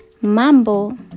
Mambo